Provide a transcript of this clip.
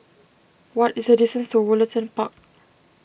what is the distance to Woollerton Park